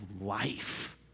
life